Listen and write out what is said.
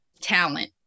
talent